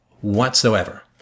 whatsoever